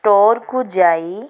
ଷ୍ଟୋର୍କୁ ଯାଇ